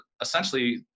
essentially